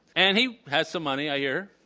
and he had some money, i hear.